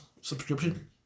subscription